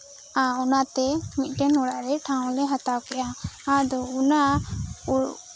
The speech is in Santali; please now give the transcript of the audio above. ᱼᱟ ᱚᱱᱟᱛᱮ ᱢᱤᱫᱴᱮᱱ ᱚᱲᱟᱜ ᱨᱮ ᱴᱷᱟᱶ ᱞᱮ ᱦᱟᱛᱟᱣ ᱠᱮᱫᱼᱟ ᱟᱫᱚ ᱚᱱᱟ